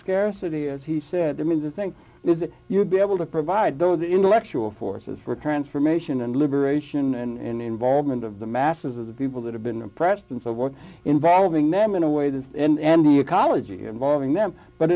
scarcity as he said to me the thing is that you'd be able to provide those the intellectual forces for transformation and liberation and involvement of the masses of the people that have been oppressed and so forth involving them in a way that and the ecology involving them but